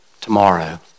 tomorrow